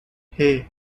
hey